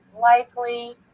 likely